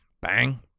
Bang